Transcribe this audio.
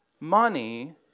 Money